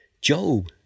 Job